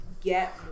get